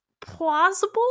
plausible